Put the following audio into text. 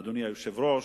אדוני היושב-ראש,